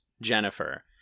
Jennifer